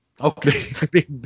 okay